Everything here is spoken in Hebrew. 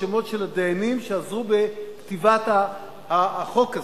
השמות של הדיינים שעזרו בכתיבת החוק הזה,